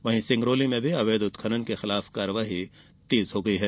वहीं सिंगरौली में भी अवैध उत्खनन के खिलाफ कार्यवाही तेज हो गयी है